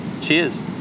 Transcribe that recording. cheers